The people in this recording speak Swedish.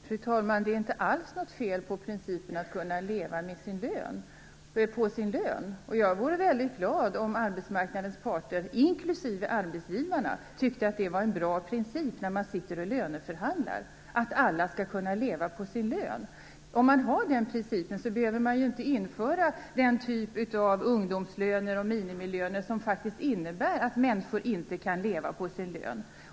Fru talman! Det är inget fel alls på principen att man skall kunna leva på sin lön. Jag vore väldigt glad om arbetsmarknadens parter - inklusive arbetsgivarna - tyckte att det vore en bra princip när man sitter och löneförhandlar att alla skall kunna leva på sin lön. Om man har den principen, behöver man ju inte införa den typ av ungdomslöner och minimilöner som faktiskt innebär att människor inte kan leva på sina löner.